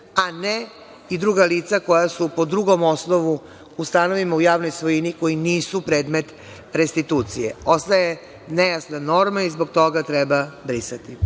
a ne i druga lica koja su po drugom osnovu u stanovima u javnoj svojini koji nisu predmet restitucije. Ostaje nejasna norma i zbog toga treba brisati.